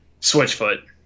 switchfoot